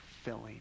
filling